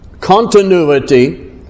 continuity